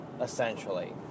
Essentially